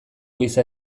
giza